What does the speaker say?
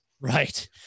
Right